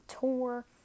tour